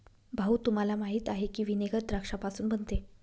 भाऊ, तुम्हाला माहीत आहे की व्हिनेगर द्राक्षापासून बनते